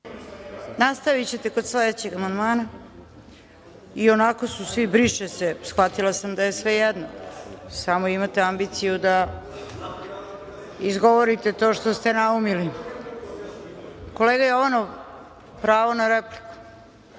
Nastavićete kod sledećeg amandmana, ionako su svi „briše se“. Shvatila sam da je svejedno, samo imate ambiciju da izgovorite to što ste naumili. Kolega Jovanov, pravo na repliku.